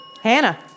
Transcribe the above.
Hannah